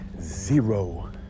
zero